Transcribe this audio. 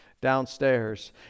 downstairs